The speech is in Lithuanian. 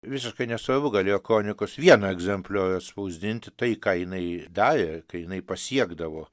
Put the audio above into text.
visiškai nesvarbu galėjo kronikos vieną egzempliorių atspausdinti tai ką jinai darė kai jinai pasiekdavo